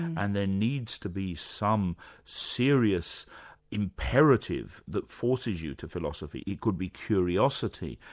and there needs to be some serious imperative that forces you to philosophy. it could be curiosity,